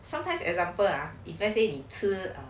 sometimes example ah if let's say 你吃